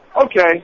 Okay